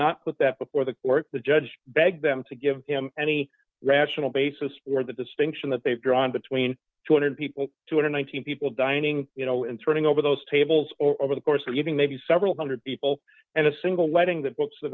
not put that before the court the judge begged them to give him any rational basis for the distinction that they've drawn between two hundred people two hundred and one thousand people dining you know and turning over those tables over the course of giving maybe several one hundred people and a single wedding that puts the